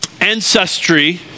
Ancestry